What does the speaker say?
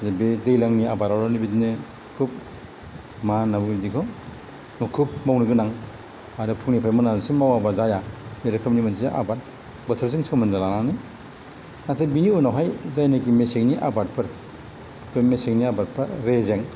जे बे दैज्लांनि आबादावनो बेबायदिनो खुब मा होनना बुङो बिदिखौ खुब मावनो गोनां आरो फुंनिफ्रायनो मोनाजासिम मावाबा जाया बे रोखोमनि आबाद बोथोरजों सोमोन्दो लानानै नाथाय बिनि उनावहाय जायनोकि मेसेंनि आबादफोर बे मेसेंनि आबादफ्रा रेजें